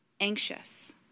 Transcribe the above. Anxious